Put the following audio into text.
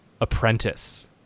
Apprentice